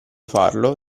farlo